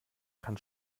kann